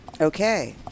Okay